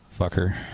Fucker